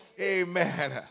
Amen